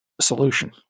solution